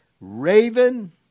Raven